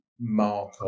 mark